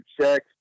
Check